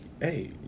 Hey